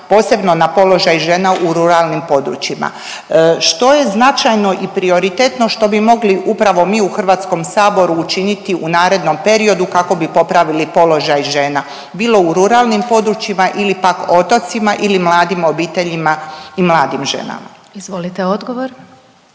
posebno na položaj žena u ruralnim područjima. Što je značajno i prioritetno što bi mogli upravo mi u Hrvatskom saboru učiniti u narednom periodu kako bi popravili položaj žena bilo u ruralnim područjima ili pak otocima ili mladim obiteljima i mladim ženama? **Glasovac,